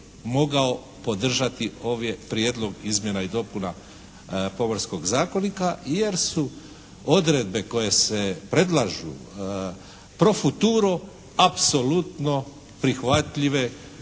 mogao podržati ovdje Prijedlog izmjena i dopuna pomorskog zakonika jer su odredbe koje se predlažu pro futuro apsolutno prihvatljive